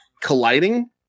colliding